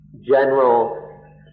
general